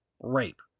rape